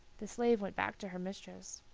the slave went back to her mistress.